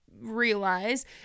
realize